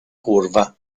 curva